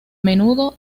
menudo